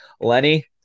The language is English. Lenny